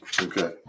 Okay